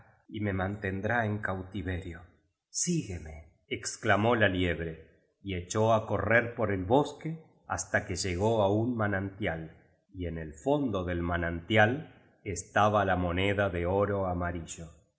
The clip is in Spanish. y me manten drá en cautiverio síguemeexclamó la liebre y echó á correr por el bos que hasta que llegó á un manantial y en el fondo del manan tial estaba la moneda de oro amarillo